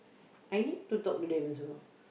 I need to talk to them also